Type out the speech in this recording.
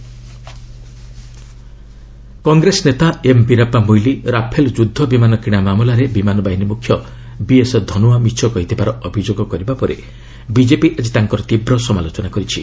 BJP Moily Congress ନେତା M Veerappa Moily Rafale ଯୁଦ୍ଧବିମାନ କିଣା ମାମଲାରେ ବିମାନବାହିନୀ ମୁଖ୍ୟ ବିଏସ୍ ଧନୱା ମିଛ କହିଥିବାର ଅଭିଯୋଗ କରିବା ପରେ ବିଜେପି ଆଜି ତାଙ୍କର ତୀବ୍ର ସମାଲୋଚନା କରିଛି